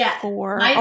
four